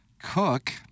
cook